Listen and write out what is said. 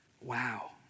wow